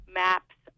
maps